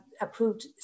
approved